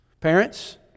Parents